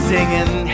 Singing